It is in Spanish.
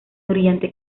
brillante